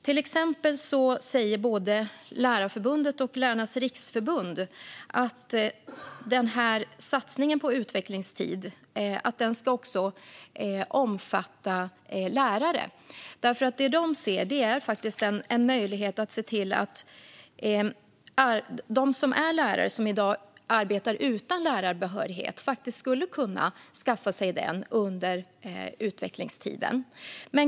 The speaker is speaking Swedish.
Till exempel säger både Lärarförbundet och Lärarnas Riksförbund att den här satsningen på utvecklingstid också ska omfatta lärare. Det de ser är nämligen en möjlighet att se till att de som är lärare men som arbetar utan lärarbehörighet faktiskt skulle kunna skaffa sig den under utvecklingstiden.